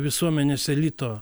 visuomenės elito